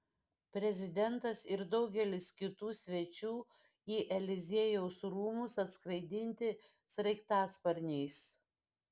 prezidentas ir daugelis kitų svečių į eliziejaus rūmus atskraidinti sraigtasparniais